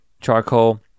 charcoal